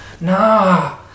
Nah